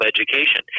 education